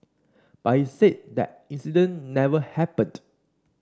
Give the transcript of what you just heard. but he said that incident never happened